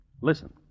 Listen